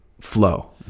flow